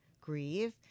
grieve